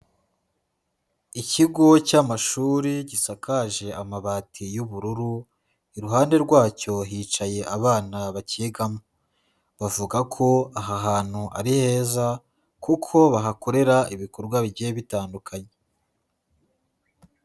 Ikigo cy'amashuri, gisakaje amabati y'ubururu, iruhande rwacyo hicaye abana bakigamo. Bavuga ko aha hantu ari heza kuko bahakorera ibikorwa bigiye bitandukanye.